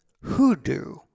hoodoo